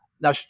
Now